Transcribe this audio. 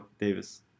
Davis